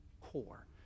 core